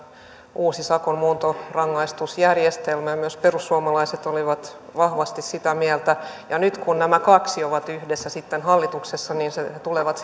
uuden sakon muuntorangaistusjärjestelmän ja myös perussuomalaiset olivat vahvasti sitä mieltä nyt kun nämä kaksi ovat sitten yhdessä hallituksessa he tulevat